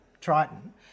Triton